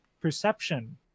perception